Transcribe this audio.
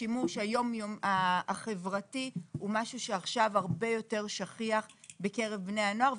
השימוש החברתי הוא משהו שעכשיו הרבה יותר שכיח בקרב בני הנוער,